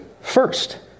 first